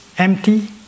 empty